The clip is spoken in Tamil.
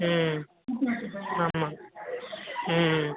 ம் ஆமாம் ம்